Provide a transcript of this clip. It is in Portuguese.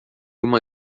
uma